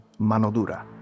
Manodura